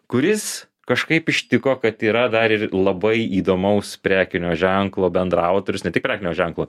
kuris kažkaip ištiko kad yra dar ir labai įdomaus prekinio ženklo bendraautorius ne tik prekinio ženklo